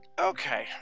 Okay